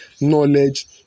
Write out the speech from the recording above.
knowledge